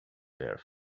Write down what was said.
bare